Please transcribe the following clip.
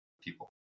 people